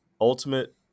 Ultimate